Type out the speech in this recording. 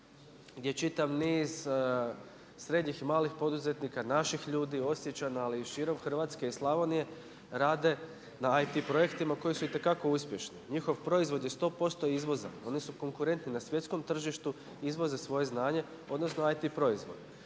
gdje čitav niz srednjih i malih poduzetnika, naših ljudi, Osječana, ali i širom Hrvatske i Slavonije rade na IT projektima koji su itekako uspješni. Njihov proizvod je sto posto izvozan. Oni su konkurentni na svjetskom tržištu, izvoze svoje znanje, odnosno IT proizvod.